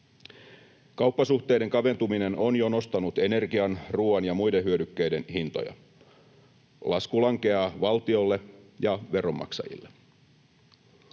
Kauppasuhteiden kaventuminen on jo nostanut energian, ruuan ja muiden hyödykkeiden hintoja. Lasku lankeaa valtiolle ja veronmaksajille.